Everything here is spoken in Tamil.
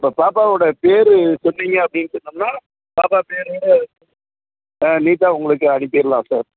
இப்போ பாப்பாவோடய பேர் சொன்னீங்க அப்படின்னு சொன்னோம்னால் பாப்பா பேர் வந்து நீட்டாக உங்களுக்கு அனுப்பிடலாம் சார்